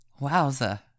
Wowza